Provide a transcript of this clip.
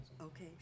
Okay